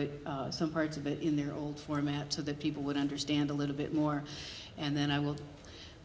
it some parts of it in their old format so that people would understand a little bit more and then i will